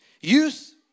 youth